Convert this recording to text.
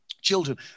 Children